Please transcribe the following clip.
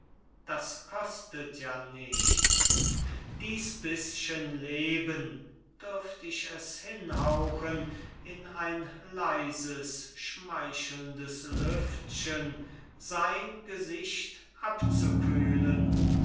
denken das kostet ja nichts dies bischen leben dürft ich es hinhauchen in ein leises schmeichelndes lüftchen sein gesicht abzukühlen